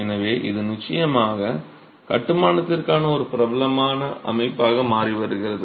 எனவே இது நிச்சயமாக கட்டுமானத்திற்கான ஒரு பிரபலமான அமைப்பாக மாறி வருகிறது